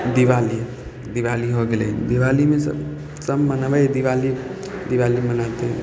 दीवाली दीवाली हो गेलय दीवालीमे सब सब मनबय हइ दीवाली दीवाली मनाते